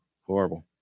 Horrible